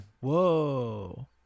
Whoa